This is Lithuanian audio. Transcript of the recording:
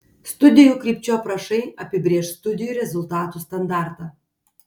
studijų krypčių aprašai apibrėš studijų rezultatų standartą